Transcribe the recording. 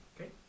Okay